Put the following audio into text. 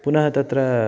पुनः तत्र